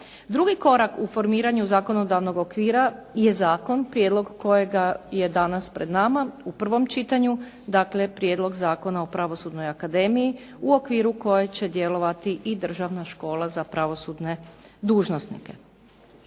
Drugi korak u formiranju zakonodavnog okvira je zakon, prijedlog kojega je danas pred nama u prvom čitanju, dakle Prijedlog Zakona o Pravosudnoj akademiji u okviru koje će djelovati i Državna škola za pravosudne dužnosnike.